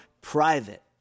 private